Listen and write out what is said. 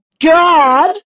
God